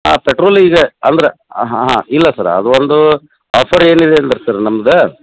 ಪೆಟ್ರೋಲಿದೆ ಅಂದ್ರೆ ಆಂ ಹಾಂ ಹಾಂ ಇಲ್ಲ ಸರ್ ಅದು ಒಂದು ಆಫರ್ ಏನು ಇದೆ ಅಂದ್ರೆ ಸರ್ ನಮ್ಮದು